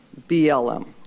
BLM